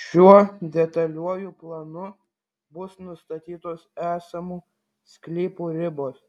šiuo detaliuoju planu bus nustatytos esamų sklypų ribos